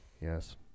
Yes